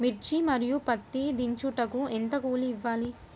మిర్చి మరియు పత్తి దించుటకు ఎంత కూలి ఇవ్వాలి?